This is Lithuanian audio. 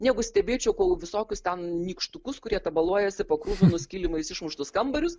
negu stebėčiau kol visokius ten nykštukus kurie tabaluojasi po kruvinais kilimais išmuštus kambarius